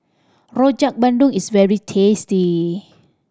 Rojak Bandung is very tasty